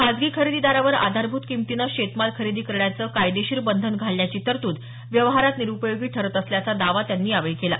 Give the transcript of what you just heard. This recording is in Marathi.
खासगी खरेदीदारावर आधारभूत किंमतीनं शेतमाल खरेदी करण्याचं कायदेशीर बंधन घालण्याची तरतूद व्यवहारात निरुपयोगी ठरत असल्याचा दावा त्यांनी यावेळी केला